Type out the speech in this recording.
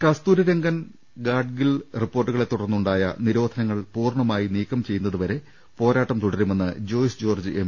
കസ്തൂരി രംഗൻ ഗാഡ്ഗിൽ റിപ്പോർട്ടുകളെ തുടർന്നുണ്ടായ നിരോധനങ്ങൾ പൂർണ്ണമായി നീക്കം ചെയ്യുന്നതുവരെ പോരാട്ടം തുടരുമെന്ന് ജോയ്സ് ജോർജ്ജ് എം